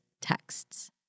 texts